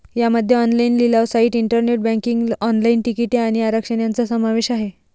यामध्ये ऑनलाइन लिलाव site, internet banking, online तिकिटे आणि आरक्षण यांचा समावेश आहे